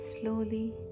slowly